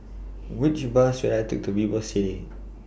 Which Bus should I Take to Vivocity